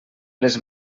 les